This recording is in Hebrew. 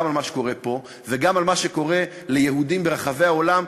גם מה שקורה פה וגם מה שקורה ליהודים ברחבי העולם,